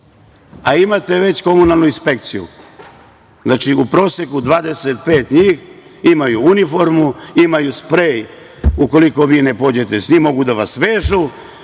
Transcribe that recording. A imate već komunalnu inspekciju. Znači, u proseku, 25 njih imaju uniformu, imaju sprej, ukoliko vi ne pođete sa njima mogu da vas vežu,